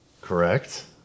correct